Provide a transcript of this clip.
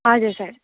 हजुर सर